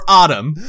autumn